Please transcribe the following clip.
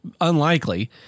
Unlikely